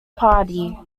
party